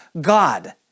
God